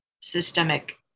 systemic